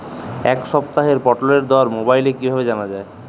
এই সপ্তাহের পটলের দর মোবাইলে কিভাবে জানা যায়?